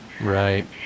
Right